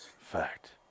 fact